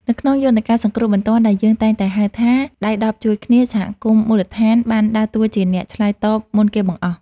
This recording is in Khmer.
នៅក្នុងយន្តការសង្គ្រោះបន្ទាន់ដែលយើងតែងតែហៅថា ដៃដប់ជួយគ្នា សហគមន៍មូលដ្ឋានបានដើរតួជាអ្នកឆ្លើយតបមុនគេបង្អស់។